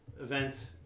event